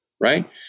right